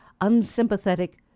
unsympathetic